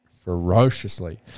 ferociously